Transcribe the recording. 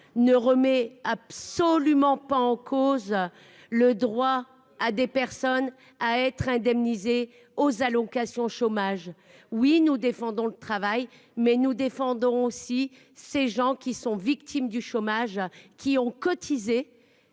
ne remet absolument pas en cause le droit à des personnes à être indemnisés aux allocations chômage, oui, nous défendons le travail mais nous défendons aussi ces gens qui sont victimes du chômage, qui ont cotisé